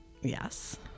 yes